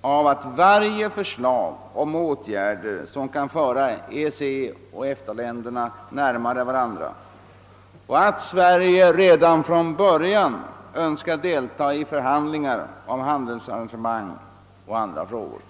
av varje förslag om åtgärder som kan föra EEC och EFTA-länderna närmare varandra och att Sverige redan från början önskar delta i förhandlingar om handelsarrangemang och andra frågor.